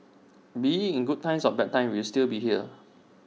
be IT in good times or bad times we will still be here